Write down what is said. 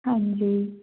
ਹਾਂਜੀ